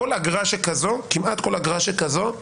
כמעט כל אגרה שכזו,